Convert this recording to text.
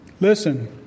listen